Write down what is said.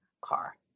car